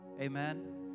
Amen